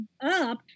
up